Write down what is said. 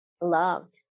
loved